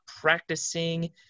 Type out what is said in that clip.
practicing